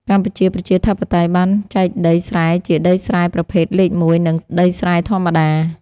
កម្ពុជាប្រជាធិបតេយ្យបានចែកដីស្រែជាដីស្រែប្រភេទលេខមួយ និងដីស្រែធម្មតា។